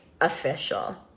official